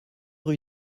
rue